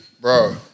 bro